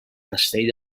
castell